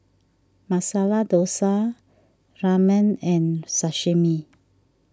Masala Dosa Ramen and Sashimi